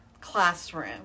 classroom